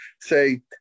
say